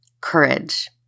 Courage